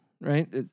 right